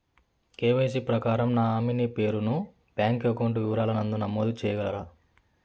KYC ప్రకారం nominee పేరు ను బ్యాంకు అకౌంట్ వివరాల నందు నమోదు సేయగలరా?